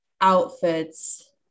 outfits